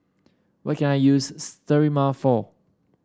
what can I use Sterimar for